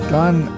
done